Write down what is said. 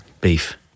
Beef